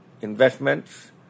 investments